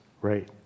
right